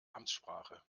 amtssprache